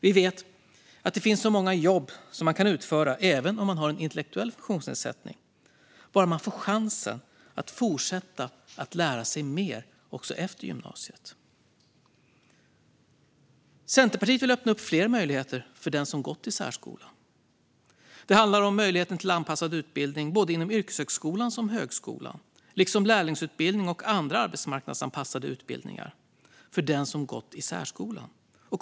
Vi vet att det finns många jobb man kan utföra även om man har en intellektuell funktionsnedsättning, bara man får chansen att fortsätta att lära sig mer efter gymnasiet. Centerpartiet vill öppna fler möjligheter för den som gått i särskolan. Det handlar om möjlighet till anpassad utbildning, både inom yrkeshögskolan och högskolan, liksom lärlingsutbildning och andra arbetsmarknadsanpassade utbildningar för den som gått i särskolan.